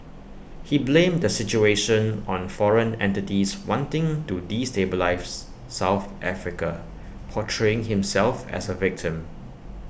he blamed the situation on foreign entities wanting to destabilise south Africa portraying himself as A victim